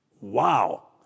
Wow